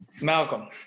Malcolm